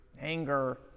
anger